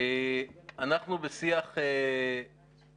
עכשיו ברצינות.